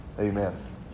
Amen